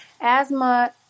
asthma